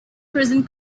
prison